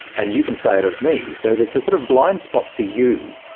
and you can say it of me, so there's a sort of blind spot for you,